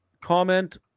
comment